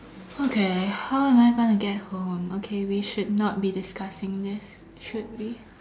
okay how I'm gonna get home okay we should not be discussing this should we